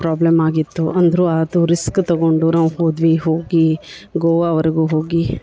problem ಆಗಿತ್ತು ಅಂದರೂ ಅದು ರಿಸ್ಕ್ ತಗೊಂಡು ನಾವು ಹೋದ್ವಿ ಹೋಗಿ ಗೋವಾವರೆಗೂ ಹೋಗಿ